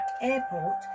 Airport